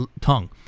tongue